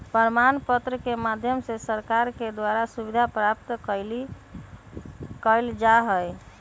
प्रमाण पत्र के माध्यम से सरकार के द्वारा सुविधा प्राप्त कइल जा हई